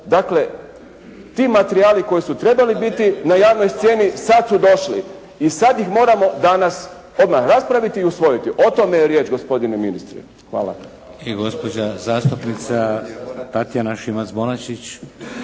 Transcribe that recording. Dakle ti materijali koji su trebali biti na javnoj sceni sad su došli i sad ih moramo danas odmah raspraviti i usvojiti. O tome je riječ gospodine ministre. Hvala.